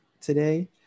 today